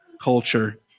culture